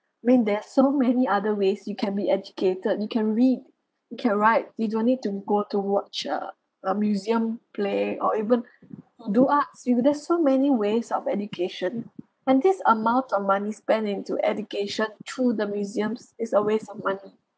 I mean there's so many other ways you can be educated you can read you can write you don't need to go to watch uh a museum play or even do arts you know there's so many ways of education and this amount of money spend in to education through the museums is a waste of money